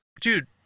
Dude